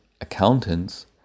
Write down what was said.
accountants